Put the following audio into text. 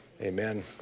amen